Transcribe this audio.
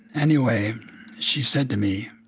anyway she said to me,